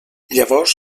llavors